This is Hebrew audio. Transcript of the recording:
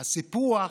הסופי.